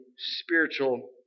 Spiritual